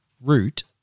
root